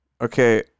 Okay